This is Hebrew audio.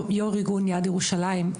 יו"ר ארגון "יד ירושלים",